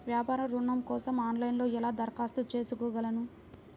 వ్యాపార ఋణం కోసం ఆన్లైన్లో ఎలా దరఖాస్తు చేసుకోగలను?